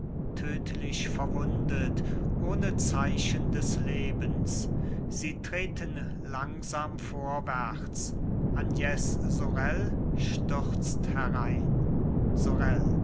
tödlich verwundet ohne zeichen des lebens sie treten langsam vorwärts agnes sorel stürzt herein sorel